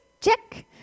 check